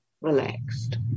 relaxed